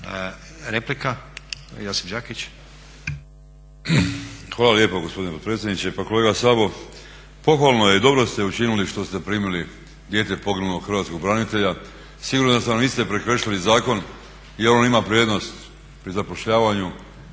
**Đakić, Josip (HDZ)** Hvala lijepo gospodine potpredsjedniče. Pa kolega SAbo pohvalno je i dobro ste učinili što ste primili dijete poginulog hrvatskog branitelja. Siguran sam da niste prekršili zakon jer on ima prednost pri zapošljavanju